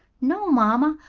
no, mamma.